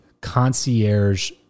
concierge